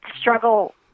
struggle